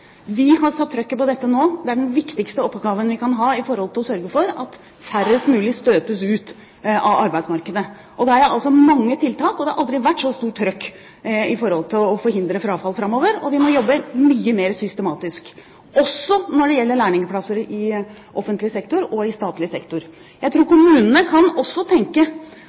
Vi har satt «trøkket» på dette nå. Det er den viktigste oppgaven vi kan ha i forhold til å sørge for at færrest mulig støtes ut fra arbeidsmarkedet. Det er altså mange tiltak, og det har aldri før vært så stort «trøkk» for å forhindre frafall framover. Vi må jobbe mye mer systematisk – også når det gjelder lærlingplasser i offentlig sektor og i statlig sektor. Jeg tror kommunene også kan tenke